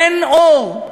אין אור,